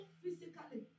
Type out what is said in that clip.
physically